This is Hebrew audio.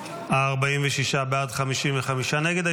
46 בעד, 55 נגד.